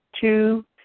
Two